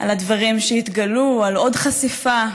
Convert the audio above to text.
על הדברים שהתגלו, על עוד חשיפה